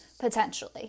potentially